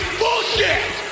bullshit